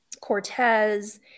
Cortez